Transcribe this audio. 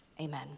Amen